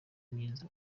myiza